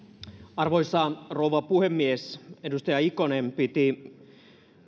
arvoisa rouva puhemies edustaja ikonen piti